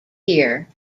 here